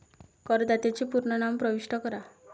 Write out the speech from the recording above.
करदात्याचे पूर्ण नाव प्रविष्ट करा